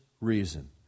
reason